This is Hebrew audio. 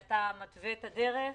ומתווה את הדרך,